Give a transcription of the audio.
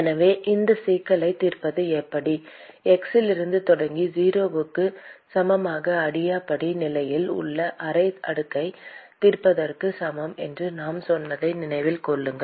எனவே இந்தச் சிக்கலைத் தீர்ப்பது என்பது x இலிருந்து தொடங்கி 0 க்கு சமமான அடியாபாடிக் நிலையில் உள்ள அரை அடுக்கைத் தீர்ப்பதற்குச் சமம் என்று நாம் சொன்னதை நினைவில் கொள்ளுங்கள்